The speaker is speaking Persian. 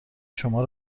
شما